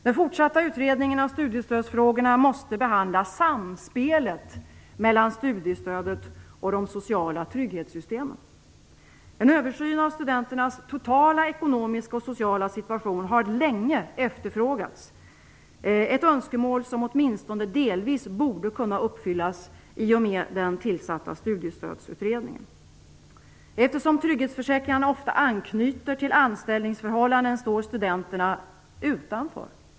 Den fortsatta utredningen av studiestödsfrågorna måste behandla samspelet mellan studiestödet och de sociala trygghetssystemen. En översyn av studenternas totala ekonomiska och sociala situation har länge efterfrågats, ett önskemål som åtminstone delvis borde kunna uppfyllas i och med den tillsatta Studiestödsutredningen. Eftersom trygghetsförsäkringarna ofta anknyter till anställningsförhållanden står studenterna utanför.